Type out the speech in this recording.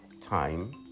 time